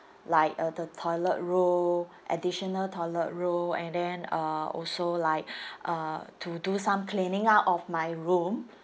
like uh the toilet roll additional toilet roll and then uh also like uh to do some cleaning up of my room